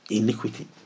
iniquity